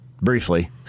briefly